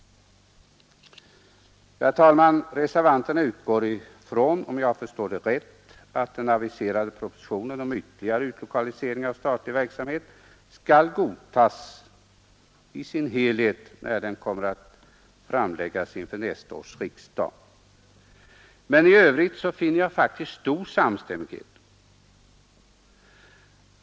Herr talman! Reservanterna utgår ifrån, om jag förstår dem rätt, att den aviserade propositionen om ytterligare utlokalisering av statlig verksamhet skall utan invändningar godtas i sin helhet, när den kommer att framläggas för nästa års riksdag. Men i övrigt finner jag faktiskt stor samstämmighet.